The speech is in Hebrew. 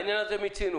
את העניין הזה מיצינו.